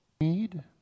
need